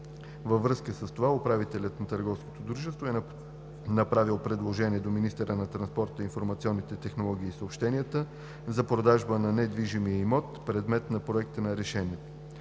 Във връзка с това управителят на търговското дружество е направил предложение до министъра на транспорта, информационните технологии и съобщенията за продажба на недвижимия имот, предмет на Проекта на решението.